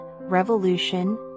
revolution